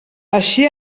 així